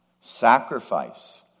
sacrifice